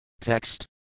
Text